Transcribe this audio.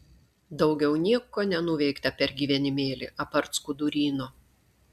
daugiau nieko nenuveikta per gyvenimėlį apart skuduryno